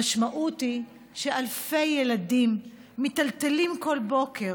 המשמעות היא שאלפי ילדים מיטלטלים כל בוקר